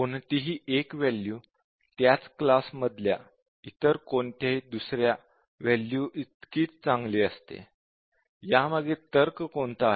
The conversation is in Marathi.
कोणतेही एक वॅल्यू त्याच क्लास मधल्या इतर कोणत्याही दुसऱ्या वॅल्यूज इतकी चांगले असणे या मागे कोणता तर्क आहे